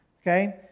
Okay